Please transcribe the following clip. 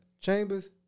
Chambers